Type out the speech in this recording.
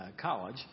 college